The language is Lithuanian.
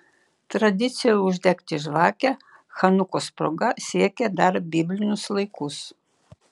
tradicija uždegti žvakę chanukos proga siekia dar biblinius laikus